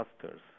clusters